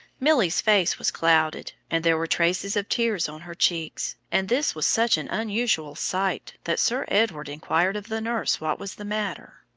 milly's face was clouded, and there were traces of tears on her cheeks, and this was such an unusual sight that sir edward inquired of the nurse what was the matter.